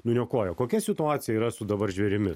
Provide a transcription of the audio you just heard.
nuniokoja kokia situacija yra su dabar žvėrimis